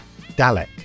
dalek